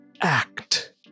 act